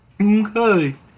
Okay